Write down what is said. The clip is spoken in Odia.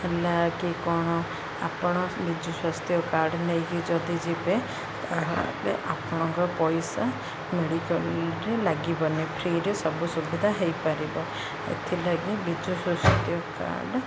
ହେଲା କି କ'ଣ ଆପଣ ବିଜୁ ସ୍ୱାସ୍ଥ୍ୟ କାର୍ଡ଼ ନେଇକି ଯଦି ଯିବେ ତା'ହେଲେ ଆପଣଙ୍କ ପଇସା ମେଡ଼ିକାଲ୍ରେ ଲାଗିବନି ଫ୍ରିରେ ସବୁ ସୁବିଧା ହେଇପାରିବ ଏଥିଲାଗି ବିଜୁ ସ୍ୱାସ୍ଥ୍ୟ କାର୍ଡ଼